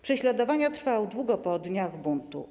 Prześladowania trwały długo po dniach buntu.